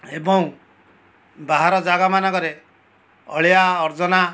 ଏବଂ ବାହାର ଜାଗା ମାନଙ୍କରେ ଅଳିଆ ଆବର୍ଜନା